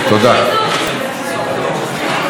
תודה.